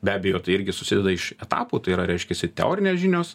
be abejo tai irgi susideda iš etapų tai yra reiškiasi teorinės žinios